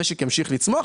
המשק ימשיך לצמוח,